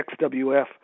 XWF